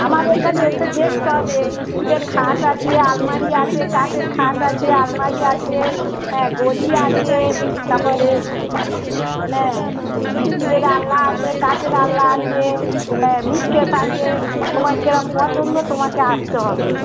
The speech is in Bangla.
আমার এখানে এসে দেখতে হবে স্টিলের খাট আছে আলমারি আছে কাঠের খাট আছে আলমারি আছে হ্যাঁ গদি আছেে তারপরে হ্যাঁ স্টিলের আলনা আছে কাঠের আলনা আছে হ্যাঁ মিটসেলফ আছে তোমার কিরম পছন্দ তোমাকে আসতে হবে